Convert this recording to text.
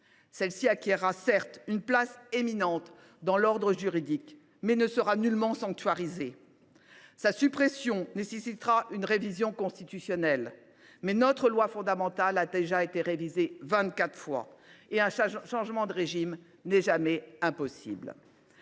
qui acquerra une place éminente dans l’ordre juridique, mais celle ci ne sera nullement sanctuarisée. Certes, sa suppression nécessitera une révision constitutionnelle. Mais notre loi fondamentale a déjà été révisée 24 fois, et un changement de régime n’est jamais impossible